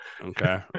Okay